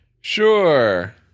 sure